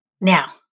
Now